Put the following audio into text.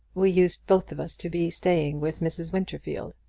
we used, both of us, to be staying with mrs. winterfield.